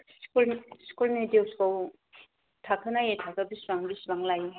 स्कुलनि दिउसखौ थाखो नायै थाखो बिसिबां बिसिबां लायो